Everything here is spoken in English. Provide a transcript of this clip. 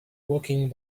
walking